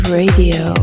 radio